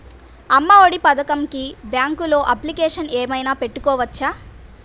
అమ్మ ఒడి పథకంకి బ్యాంకులో అప్లికేషన్ ఏమైనా పెట్టుకోవచ్చా?